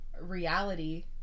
reality